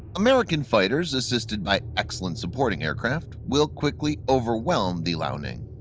american fighters assisted by excellent supporting aircraft will quickly overwhelm the liaoning.